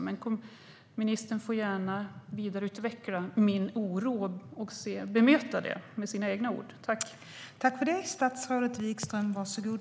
Men ministern får gärna vidareutveckla detta och bemöta min oro med sina egna ord.